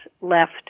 left